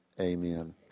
amen